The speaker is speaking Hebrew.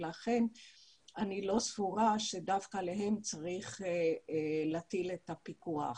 לכן אני לא סבורה שדווקא עליהם צריך להטיל את הפיקוח.